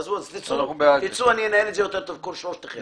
אז תצאו שלושתכם ואני אנהל זאת טוב יותר.